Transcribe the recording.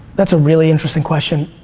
that's a really interesting question.